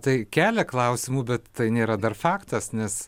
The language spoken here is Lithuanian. tai kelia klausimų bet tai nėra dar faktas nes